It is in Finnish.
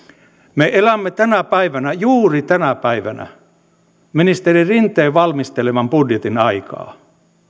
me elämme tänä päivänä juuri tänä päivänä ministeri rinteen valmisteleman budjetin aikaa